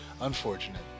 Unfortunate